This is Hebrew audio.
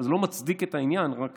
אלא שזה לא מצדיק את העניין, רק